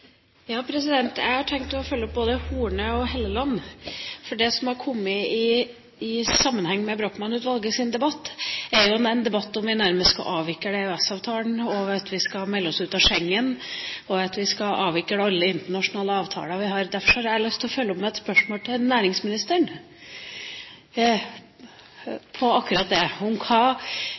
Jeg har tenkt å følge opp både Horne og Helleland, for det som har kommet i sammenheng med Brochmann-utvalgets innstilling, er en debatt om vi nærmest skal avvikle EØS-avtalen, melde oss ut av Schengen og avvikle alle internasjonale avtaler vi har. Derfor har jeg lyst til å følge opp med et spørsmål til næringsministeren om akkurat det: Hvordan vil det påvirke norsk næringsliv om